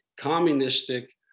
communistic